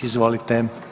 Izvolite.